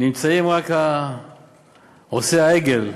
נמצאים רק עושי העגל,